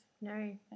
No